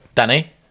Danny